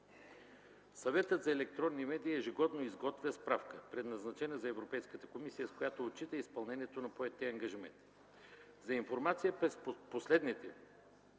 Съветът за електронни медии ежегодно изготвя справка, предназначена за Европейската комисия, с която отчита изпълнението на поетите ангажименти. За информация: през последния